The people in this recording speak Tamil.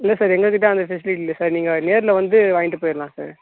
இல்லை சார் எங்கள்கிட்ட அந்த ஃபெசிலிட்டி இல்லை சார் நீங்கள் நேரில் வந்து வாங்கிட்டு போயிடலாம் சார்